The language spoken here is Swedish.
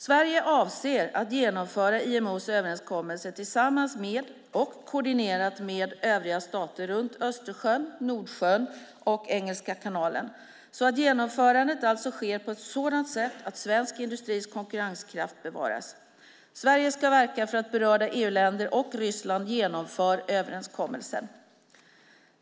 Sverige avser att genomföra IMO:s överenskommelse tillsammans med och koordinerat med övriga stater runt Östersjön, Nordsjön och Engelska kanalen så att genomförandet alltså sker på ett sådant sätt att svensk industris konkurrenskraft bevaras. Sverige ska verka för att berörda EU-länder och Ryssland genomför överenskommelsen.